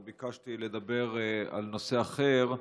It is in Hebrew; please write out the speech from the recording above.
אבל ביקשתי לדבר על נושא אחר.